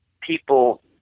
people